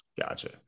Gotcha